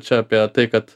čia apie tai kad